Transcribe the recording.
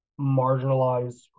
marginalized